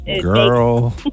Girl